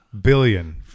Billion